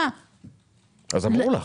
אמרו לך.